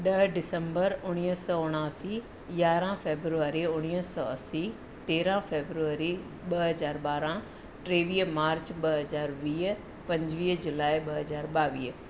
ॾह डिसंबर उणवीह सौ उणासी यारहां फेब्रुआरी उणवीह सौ असी तेरहां फेब्रुअरी ॿ हज़ार ॿारहां टेवीह मार्च ॿ हज़ार वीह पंजवीह जुलाए ॿ हज़ार ॿावीह